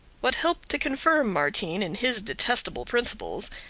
what helped to confirm martin in his detestable principles,